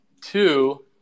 Two